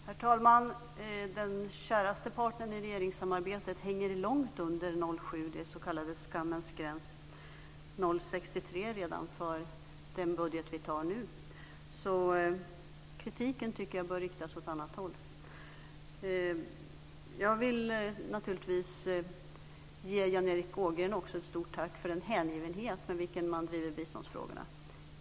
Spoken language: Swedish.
Herr talman! Den käraste partnern i regeringssamarbetet hänger långt under 0,7 %, den s.k. skammens gräns: 0,63 % redan för den budget vi antar nu, så kritiken tycker jag bör riktas åt annat håll. Jag vill naturligtvis också ge Jan Erik Ågren ett stort tack för den hängivenhet med vilken man driver biståndsfrågorna.